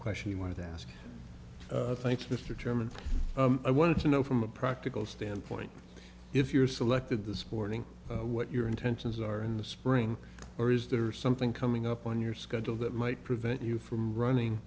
question he wanted to ask thanks mr chairman i wanted to know from a practical standpoint if you're selected the sporting what your intentions are in the spring or is there something coming up on your schedule that might prevent you from running